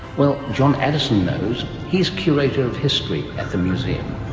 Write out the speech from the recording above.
well, jon addison knows. he is curator of history at the museum.